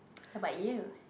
how about you